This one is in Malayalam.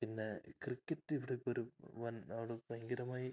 പിന്നെ ക്രിക്കറ്റിവിടെ ഇപ്പോഴൊരു വൻ ഭയങ്കരമായി